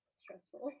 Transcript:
stressful